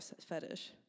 fetish